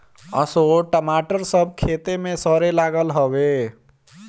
असो टमाटर सब खेते में सरे लागल हवे